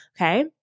Okay